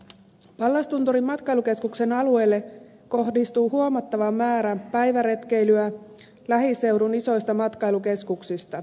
pallastunturin matkailukeskuksen alueelle kohdistuu huomattava määrä päiväretkeilyä lähiseudun isoista matkailukeskuksista